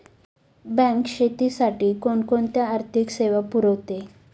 Bank शेतीसाठी कोणकोणत्या आर्थिक सेवा पुरवते?